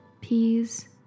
peas